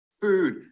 Food